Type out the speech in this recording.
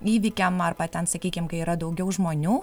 įvykiam arba ten sakykim kai yra daugiau žmonių